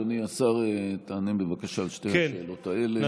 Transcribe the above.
אדוני השר, תענה בבקשה על שתי השאלות האלה.